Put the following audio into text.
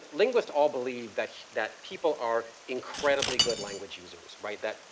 linguists all believe that that people are incredibly good language users. right, that,